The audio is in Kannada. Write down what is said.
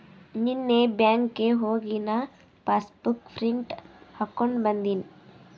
ನೀನ್ನೇ ಬ್ಯಾಂಕ್ಗ್ ಹೋಗಿ ನಾ ಪಾಸಬುಕ್ ಪ್ರಿಂಟ್ ಹಾಕೊಂಡಿ ಬಂದಿನಿ